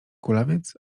kulawiec